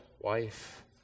wife